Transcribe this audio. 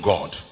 God